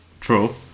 True